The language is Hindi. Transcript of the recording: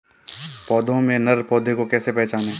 पौधों में नर पौधे को कैसे पहचानें?